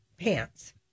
pants